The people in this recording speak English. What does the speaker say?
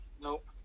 Nope